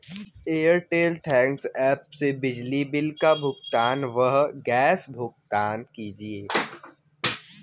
Airtel thanks app से बिजली bill का भुगतान व गैस भुगतान कीजिए